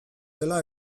dela